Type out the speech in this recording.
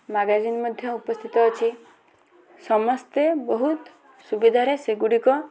magazine ମଧ୍ୟ ଉପସ୍ଥିତ ଅଛି ସମସ୍ତେ ବହୁତ ସୁବିଧାରେ ସେଗୁଡ଼ିକ